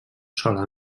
sola